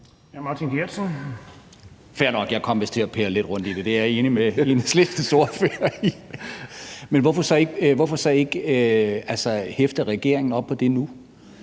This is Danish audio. Martin Geertsen (V): Fair nok, jeg kom vist til at pære lidt rundt i det – det er jeg enig med Enhedslistens ordfører i. Men hvorfor så ikke hæfte regeringen op på det nu?